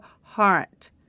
heart